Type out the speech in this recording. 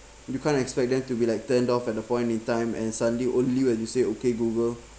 you can't expect them to be like turned off at the point in time and suddenly only when you say okay google